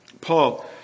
Paul